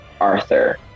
Arthur